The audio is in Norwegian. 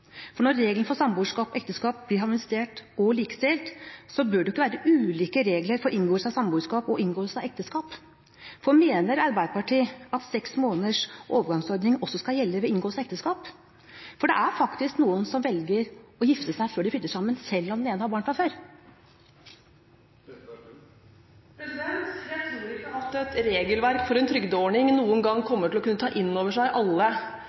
overgangsstønad. Når reglene for samboerskap og ekteskap blir harmonisert og likestilt, bør det ikke være ulike regler ved inngåelse av samboerskap og inngåelse av ekteskap. For mener Arbeiderpartiet at seks måneders overgangsordning også skal gjelde ved inngåelse av ekteskap? Det er faktisk noen som velger å gifte seg før de flytter sammen, selv om den ene har barn fra før. Jeg tror ikke at et regelverk for en trygdeordning noen gang kommer til å kunne ta innover seg alle